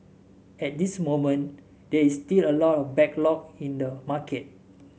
at this moment there is still a lot of backlog in the market